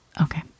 okay